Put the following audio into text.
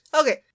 Okay